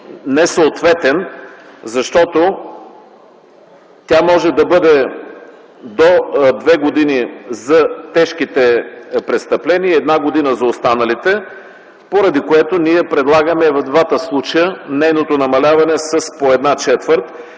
несъответен, защото тя може да бъде до две години за тежките престъпления и една година за останалите, поради което ние предлагаме и в двата случая нейното намаляване с по една четвърт.